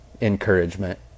encouragement